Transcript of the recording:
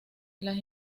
las